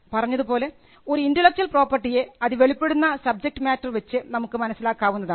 പറഞ്ഞതുപോലെ ഒരു ഇന്റെലക്ച്വൽ പ്രോപ്പർട്ടിയെ അത് വെളിപ്പെടുന്ന സബ്ജക്ട് മാറ്റർ വെച്ച് നമുക്ക് മനസ്സിലാക്കാവുന്നതാണ്